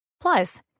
Plus